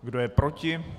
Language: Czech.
Kdo je proti?